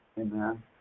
Amen